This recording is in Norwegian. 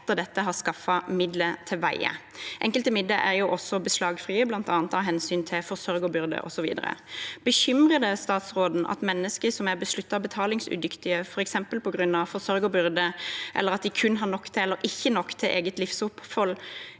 etter dette har skaffet midler til veie. Enkelte midler er jo også beslagsfrie, bl.a. av hensyn til forsørgerbyrde osv. Bekymrer det statsråden at mennesker som er besluttet betalingsudyktige, f.eks. på grunn av forsørgerbyrde eller at de kun har nok til – eller ikke nok til – eget livsopphold,